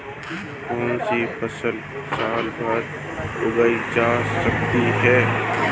कौनसी फसल साल भर उगाई जा सकती है?